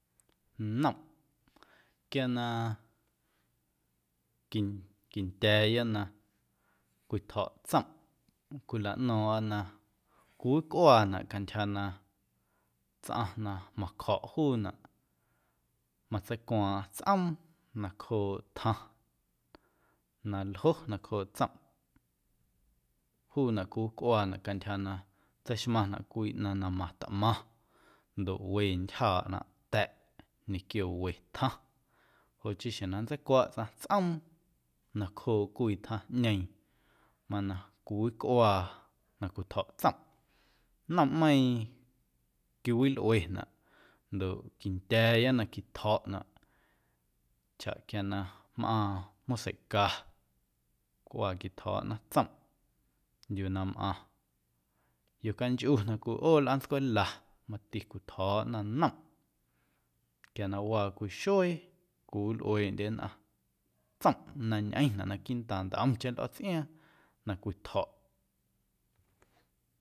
Nomꞌ quia na qui quindya̱a̱ya na cwitjo̱ꞌ tsomꞌ cwilaꞌno̱o̱ⁿꞌa na cwiwicꞌuaanaꞌ cantyja na tsꞌaⁿ na macjo̱ꞌ juunaꞌ matseicuaaⁿꞌaⁿ tsꞌoom nacjooꞌ tjaⁿ na ljo nacjooꞌ tsomꞌ juunaꞌ cwiwicꞌuaanaꞌ cantyja na tseixmaⁿnaꞌ cwii ꞌnaⁿ na matꞌmaⁿ ndoꞌ we ntyjaaꞌnaꞌ ta̱ꞌ ñequio we tjaⁿ joꞌ chii xjeⁿ na nntseicwaꞌ tsꞌaⁿ tsꞌoom nacjooꞌ cwii tjaⁿꞌñeeⁿ mana cwiwicꞌuaa na cwitjo̱ꞌ tsomꞌ nomꞌmeiiⁿ quiwilꞌuenaꞌ ndoꞌ quindya̱a̱ya na quitjo̱ꞌnaꞌ chaꞌ quia na mꞌaⁿ maseica cꞌuaa quitjo̱o̱ꞌna tsomꞌ, yuu na mꞌaⁿ yocanchꞌu na cwiꞌoo lꞌaantscwela mati cwitjo̱o̱ꞌna nomꞌ, quia na waa cwii xuee cwiwilꞌueeꞌndye nnꞌaⁿ tsomꞌ na ñꞌeⁿnaꞌ naquiiꞌntaaⁿ ntꞌomcheⁿ lꞌo̱tsꞌiaaⁿ na cwitjo̱ꞌ.